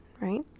Right